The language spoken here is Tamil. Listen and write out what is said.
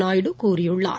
நாயுடு கூறியுள்ளார்